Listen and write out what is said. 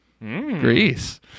greece